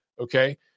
Okay